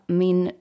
min